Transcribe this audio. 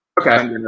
Okay